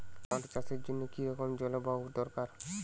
Tomato চাষের জন্য কি রকম জলবায়ু দরকার?